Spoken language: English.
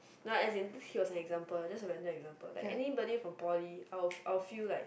no as in he was an example just a random example like anybody from poly I will f~ I will feel like